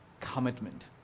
commitment